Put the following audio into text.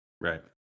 right